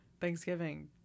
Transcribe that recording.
Thanksgiving